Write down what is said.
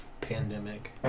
pandemic